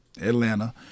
Atlanta